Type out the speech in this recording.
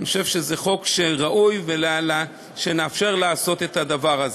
אני חושב שזה חוק ראוי, שנאפשר לעשות את הדבר זה.